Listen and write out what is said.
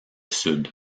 sud